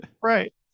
Right